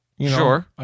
Sure